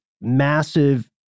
massive